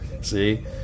See